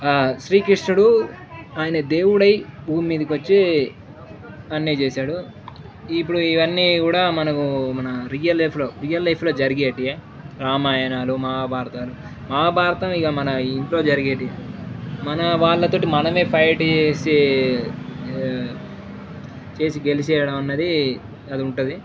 శ్రీకృష్ణుడు ఆయన దేవుడై భూమి మీదకి వచ్చి అన్నీ చేశాడు ఇప్పుడు ఇవన్నీ కూడా మనకు మన రియల్ లైఫ్లో రియల్ లైఫ్లో జరిగే రామాయణాలు మహాభారతాలు మహాభారతం ఇంక మన ఇంట్లో జరిగే మన వాళ్ళతోటి మనమే ఫైట్ చేసి చేసి గెలిచేయడం అన్నది అది ఉంటుంది